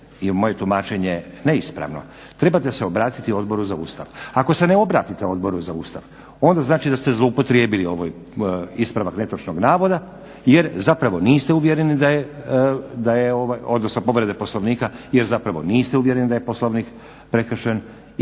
moje tumačenje neispravno trebate se obratiti Odboru za Ustav. Ako se ne obratite Odboru za Ustav onda znači da ste zloupotrijebili ovaj ispravak netočnog navoda, jer zapravo niste uvjereni da je, odnosno povrede